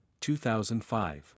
2005